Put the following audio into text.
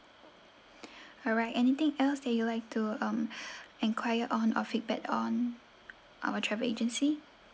alright anything else that you'd like to um enquire on or feedback on our travel agency